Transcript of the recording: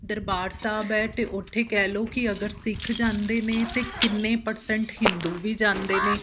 ਦਰਬਾਰ ਸਾਹਿਬ ਹੈ ਅਤੇ ਉੱਥੇ ਕਹਿ ਲਓ ਕਿ ਅਗਰ ਸਿੱਖ ਜਾਂਦੇ ਨੇ ਤਾਂ ਕਿੰਨੇ ਪਰਸੈਂਟ ਹਿੰਦੂ ਵੀ ਜਾਂਦੇ ਨੇ